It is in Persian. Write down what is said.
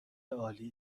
عالی